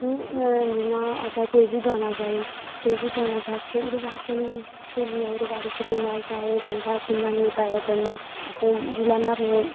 हून जियां असें कोई बी गाना गाई कोई बी गाना गाच्चे ओह्दे बाद च सानूं सुनियै ओह्दे बाद च कि'न्ना गाया जंदा कि'न्ना नेईं गाया जंदा जिल्लै में अपने